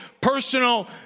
personal